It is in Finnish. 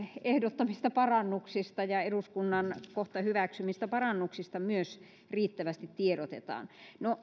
ehdottamista ja eduskunnan kohta hyväksymistä parannuksista myös riittävästi tiedotetaan no